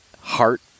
heart